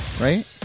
Right